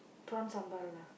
Prawn sambal lah